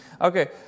Okay